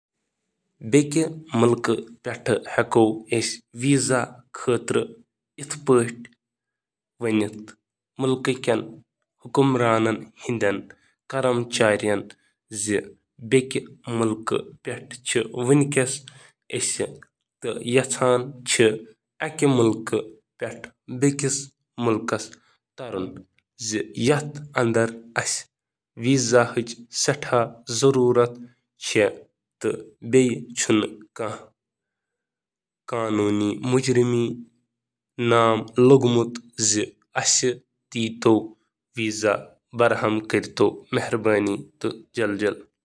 Visa باپتھ درخواست دِنہٕ وٲلِس چھُ عموٗمَن اکھ درخاست فارم پوٗرٕ کرنٕچ ضروٗرت آسان، یُس عموٗمَن مُلکٕچ سفارت خانٕچ ویب سائٹہِ پٮ۪ٹھ دٔستِیاب چھُ یَتھ منٛز تِم سفر چھِ کران۔ تۄہہِ ہیٚکِو پنٛنِس ویزا درخاست فارمَس سۭتہِ بۄنہٕ کَنہِ دِنہٕ آمٕژ زانٛکٲری پیش کرنٕچ ضٔروٗرت پیٚتھ: درخواست دِنہٕ تٲریخ پیدٲئش تہٕ باقی معلومات۔